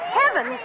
heaven